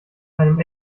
einem